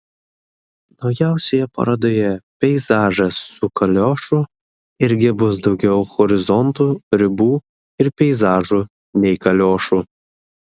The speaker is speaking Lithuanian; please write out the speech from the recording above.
naujausioje parodoje peizažas su kaliošu irgi bus daugiau horizontų ribų ir peizažų nei kaliošų